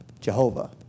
Jehovah